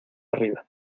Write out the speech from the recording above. arriba